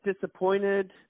disappointed –